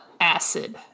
Acid